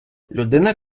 людина